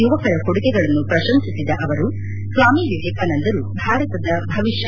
ಯುವಕರ ಕೊಡುಗೆಗಳನ್ನು ಪ್ರಶಂಸಿಸಿದ ಅವರು ಸ್ವಾಮಿ ವಿವೇಕಾನಂದರು ಭಾರತದ ಭವಿಷ್ಯ